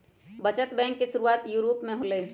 बचत बैंक के शुरुआत यूरोप में होलय